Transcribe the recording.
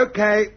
Okay